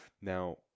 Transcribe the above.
Now